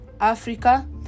Africa